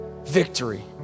victory